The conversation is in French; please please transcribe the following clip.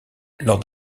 lors